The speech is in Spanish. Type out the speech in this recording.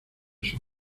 sus